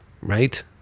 Right